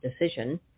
decision